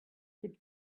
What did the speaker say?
good